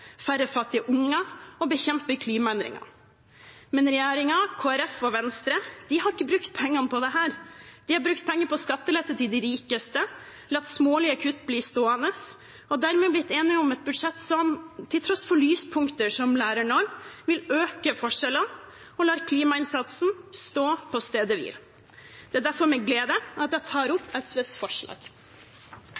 færre fattige unger og til å bekjempe klimaendringer. Men regjeringen, Kristelig Folkeparti og Venstre har ikke brukt pengene på dette. De har brukt pengene på skattelette til de rikeste og latt smålige kutt bli stående, og dermed er de blitt enige om et budsjett som – til tross for lyspunkter som lærernorm – vil øke forskjellene og lar klimainnsatsen stå på stedet hvil. Det er derfor med glede at jeg tar